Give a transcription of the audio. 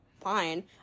Fine